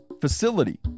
facility